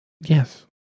Yes